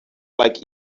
like